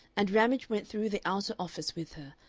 and ramage went through the outer office with her,